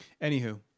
Anywho